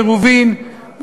לעירובין,